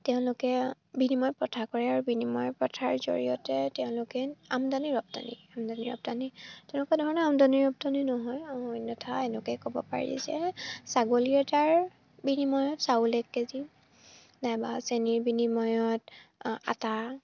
তেওঁলোকে বিনিময় প্ৰথা কৰে আৰু বিনিময় প্ৰথাৰ জৰিয়তে তেওঁলোকে আমদানি ৰপ্তানি আমদানি ৰপ্তানি তেনেকুৱা ধৰণৰ আমদানি ৰপ্তনী নহয় অন্যথা এনেকৈ ক'ব পাৰি যে ছাগলী এটাৰ বিনিময়ত চাউল এক কেজি নাইবা চেনীৰ বিনিময়ত আটা